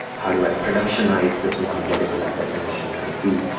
how do i productionize this model? whatever that definition might be.